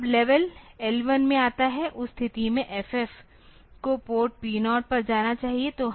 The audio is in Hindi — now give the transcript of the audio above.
अब लेवल L1 में आता है उस स्थिति में FF को पोर्ट P0 पर जाना चाहिए